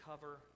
cover